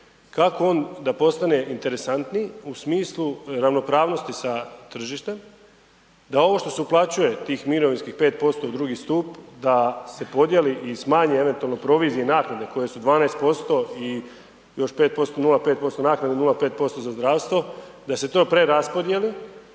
kako da on postane interesantniji u smislu ravnopravnosti s tržištem, da ovo što se uplaćuje tih mirovinskih 5% u drugi stup da se podijeli i smanji eventualno provizije i naknade koje su 12% i još 0,5% naknade i 0,5% za zdravstvo da se to preraspodijeli